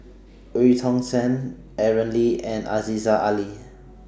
EU Tong Sen Aaron Lee and Aziza Ali